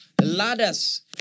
ladders